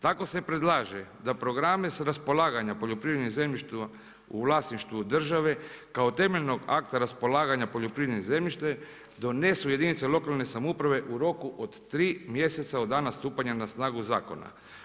Tako se predlaže da programe sa raspolaganja poljoprivrednim zemljištem u vlasništvu države kao temeljnog akta raspolaganja poljoprivrednim zemljište donesu jedinice lokalne samouprave u roku od tri mjeseca od dana stupanja na snagu zakona.